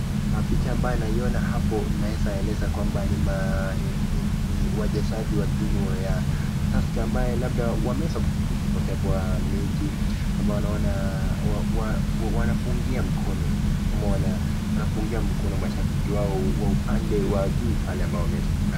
Picha ambaye naiona hapo naeza eleza kwamba ni wachezaji wa timu ya tusker ambaye labda wameweza kutokea kwa mechi ambaye naona wanapungia mkono ama wanapungia mkono mashabiki wao wa upande wa juu pale ambao wameweza kukaa.